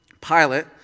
Pilate